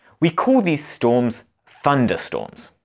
we call these storms thunderstorms.